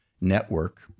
network